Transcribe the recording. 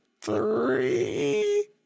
three